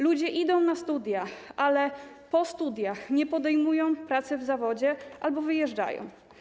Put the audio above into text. Ludzie idą na studia, ale po studiach albo nie podejmują pracy w zawodzie, albo wyjeżdżają.